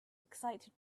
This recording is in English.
excited